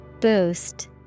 Boost